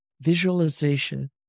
visualization